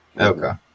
Okay